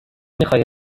میخوای